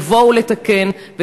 לבוא ולתקן,